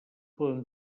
poden